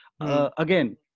Again